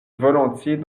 volontiers